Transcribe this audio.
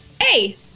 Hey